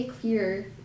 clear